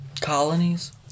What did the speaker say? Colonies